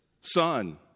son